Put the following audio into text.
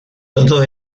todo